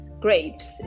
grapes